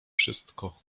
wszystko